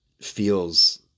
feels